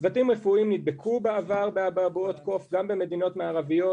צוותים רפואיים נדבקו בעבר באבעבועות קוף גם במדינות מערביות,